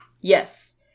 Yes